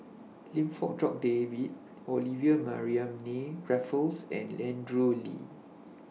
Lim Fong Jock David Olivia Mariamne Raffles and Andrew Lee